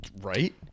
right